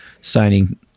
signing